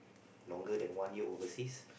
longer than one year overseas